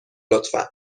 لطفا